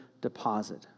deposit